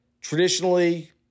traditionally